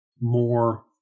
more